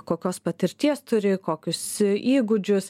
kokios patirties turi kokius įgūdžius